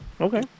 okay